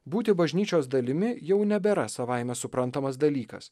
būti bažnyčios dalimi jau nebėra savaime suprantamas dalykas